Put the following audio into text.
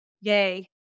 Yay